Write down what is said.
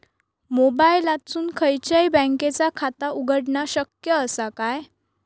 मोबाईलातसून खयच्याई बँकेचा खाता उघडणा शक्य असा काय?